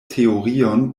teorion